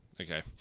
Okay